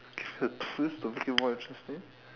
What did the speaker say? give a twist to make it more interesting